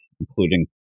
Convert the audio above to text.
including